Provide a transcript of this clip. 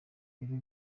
rero